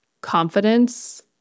confidence